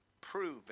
prove